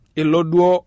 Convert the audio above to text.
iloduo